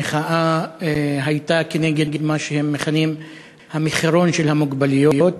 המחאה הייתה כנגד מה שהם מכנים "המחירון של המוגבלויות"